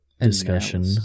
discussion